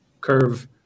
Curve